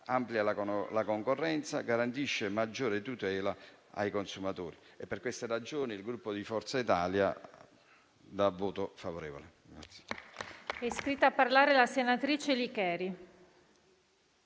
amplia la concorrenza e garantisce maggiore tutela ai consumatori. Per queste ragioni il Gruppo Forza Italia esprime